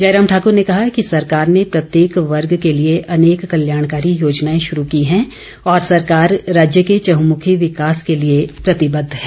जयराम ठाकुर ने कहा कि सरकार ने प्रत्येक वर्ग के लिए अनेक कल्याणकारी योजनाएं शुरू की हैं और सरकार राज्य के चहुंमुखी विकास के लिए प्रतिबद्व है